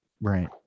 right